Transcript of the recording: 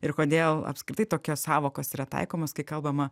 ir kodėl apskritai tokios sąvokos yra taikomos kai kalbama